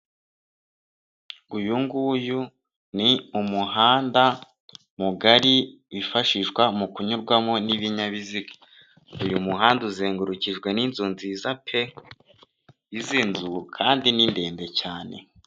Uyu nguyu ni umuhanda mugari wifashishwa mu kunyurwamo n'ibinyabiziga. Uyu muhanda uzengurukijwe n'inzu nziza pe! Izi nzu kandi ni ndende cyane.